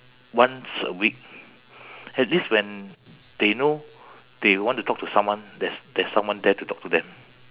once a week at least when they know they want to talk to someone there's there's someone there to talk to them